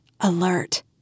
alert